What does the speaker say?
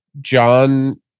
John